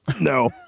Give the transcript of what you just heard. No